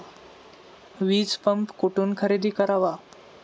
वीजपंप कुठून खरेदी करावा?